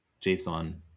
JSON